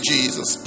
Jesus